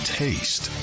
taste